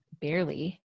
Barely